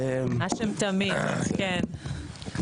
האשם תמיד, כן.